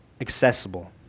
accessible